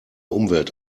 umwelt